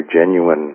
genuine